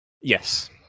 Yes